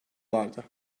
vardı